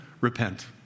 Repent